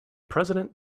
president